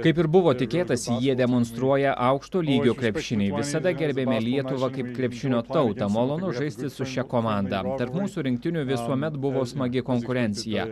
kaip ir buvo tikėtasi jie demonstruoja aukšto lygio krepšinį visada gerbėme lietuvą kaip krepšinio tautą malonu žaisti su šia komanda tarp mūsų rinktinė visuomet buvo smagi konkurencija